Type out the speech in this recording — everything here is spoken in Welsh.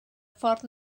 ffordd